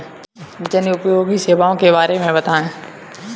जनोपयोगी सेवाओं के बारे में बताएँ?